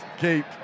Keep